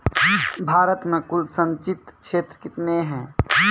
भारत मे कुल संचित क्षेत्र कितने हैं?